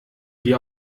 wir